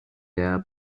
der